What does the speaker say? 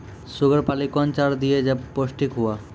Sugar पाली कौन चार दिय जब पोस्टिक हुआ?